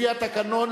לפי התקנון,